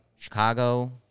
Chicago